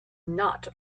not